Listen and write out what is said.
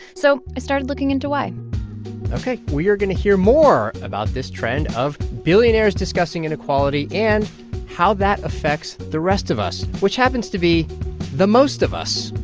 so i started looking into why ok. we are going to hear more about this trend of billionaires discussing inequality and how that affects the rest of us, which happens to be the most of us,